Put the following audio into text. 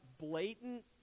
blatant